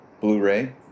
Blu-ray